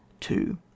Two